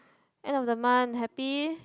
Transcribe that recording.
end of the month happy